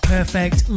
Perfect